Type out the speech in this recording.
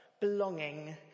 belonging